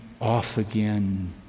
off-again